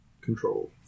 control